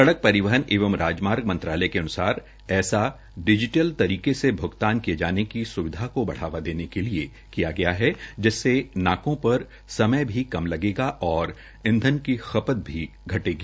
सड़क परिहवन एवं राजमार्ग मंत्रालय के अन्सार ऐसा डिजीटल तरीके से भ्गतान किये जाने की स्विधा को बढ़ावा देने के लिए किया है जिससे नाको पर समय भी कम लगेगा और ईंधन की खपत भी घटेगी